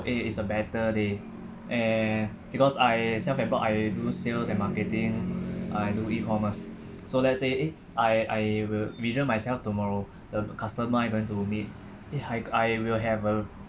it is a better day eh because I self employed I do sales and marketing I do E commerce so let's say eh I I will vision myself tomorrow the customer I am going to meet eh I I will have a